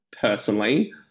personally